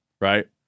right